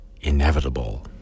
inevitable